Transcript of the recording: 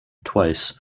twice